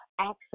access